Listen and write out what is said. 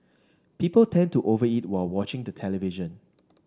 people tend to over eat while watching the television